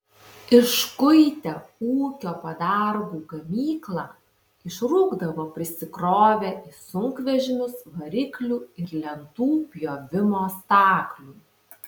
iškuitę ūkio padargų gamyklą išrūkdavo prisikrovę į sunkvežimius variklių ir lentų pjovimo staklių